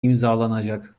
imzalanacak